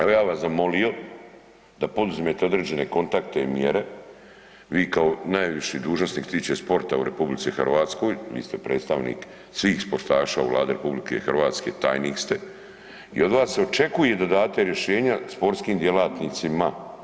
Evo ja bi vas zamolio da poduzmete određene kontakte i mjere, vi kao najviši dužnosnik što se tiče sporta u RH, vi ste predstavnik svih sportaša u Vladi RH, tajnik ste i od vas se očekuje da date rješenja sportskim djelatnicima.